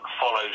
follows